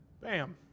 Bam